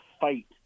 fight